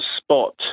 spot